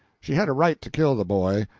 she had a right to kill the boy,